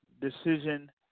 decision